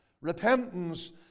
Repentance